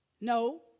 No